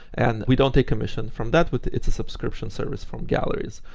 and we don't a commission from that, but its a subscription service from galleries.